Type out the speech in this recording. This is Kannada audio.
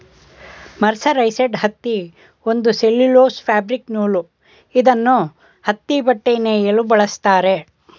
ಮರ್ಸರೈಸೆಡ್ ಹತ್ತಿ ಒಂದು ಸೆಲ್ಯುಲೋಸ್ ಫ್ಯಾಬ್ರಿಕ್ ನೂಲು ಇದ್ನ ಹತ್ತಿಬಟ್ಟೆ ನೇಯಲು ಬಳಸ್ತಾರೆ